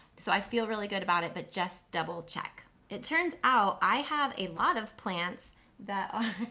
so i feel really good about it, but just double-check. it turns out, i have a lot of plants that